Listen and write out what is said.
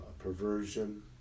Perversion